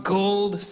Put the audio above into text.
gold